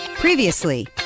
Previously